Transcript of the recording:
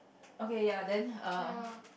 okay ya then um